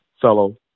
fellow